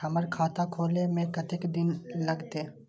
हमर खाता खोले में कतेक दिन लगते?